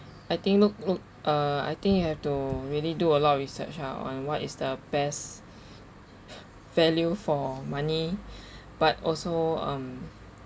I think look look uh I think you have to really do a lot of research uh on what is the best value for money but also um